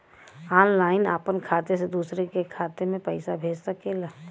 online आपन खाते से दूसर के खाते मे पइसा भेज सकेला